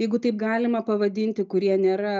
jeigu taip galima pavadinti kurie nėra